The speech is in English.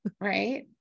Right